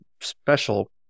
special